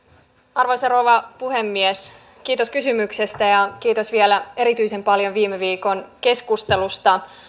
arvoisa rouva puhemies kiitos kysymyksestä ja kiitos vielä erityisen paljon viime viikon keskustelusta